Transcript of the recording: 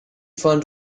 fun